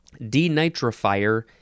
Denitrifier